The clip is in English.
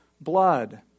blood